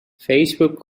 facebook